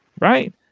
right